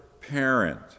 parent